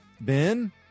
Ben